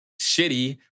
shitty